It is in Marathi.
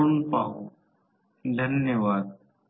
तर आभारी आहे